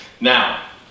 Now